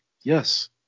yes